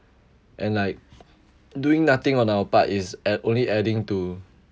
and like doing nothing on our part is add only adding to